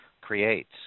creates